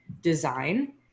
design